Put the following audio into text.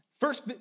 First